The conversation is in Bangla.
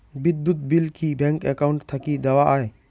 বিদ্যুৎ বিল কি ব্যাংক একাউন্ট থাকি দেওয়া য়ায়?